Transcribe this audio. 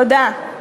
תודה.